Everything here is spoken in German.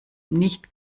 nicht